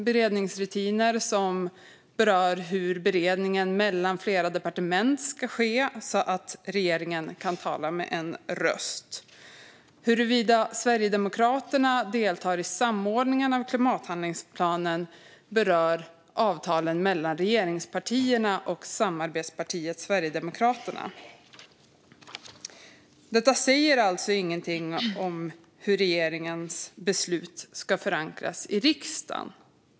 Det är rutiner som rör hur beredningen mellan flera departement ska ske så att regeringen kan tala med en röst. Huruvida Sverigedemokraterna deltar i samordningen av klimathandlingsplanen berör avtalet mellan regeringspartierna och samarbetspartiet Sverigedemokraterna. Detta säger alltså ingenting om hur regeringens beslut ska förankras i riksdagen.